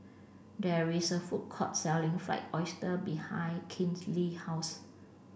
there is a food court selling fried oyster behind Kinley's house